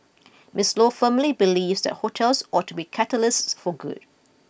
Miss Luo firmly believes that hotels ought to be catalysts for good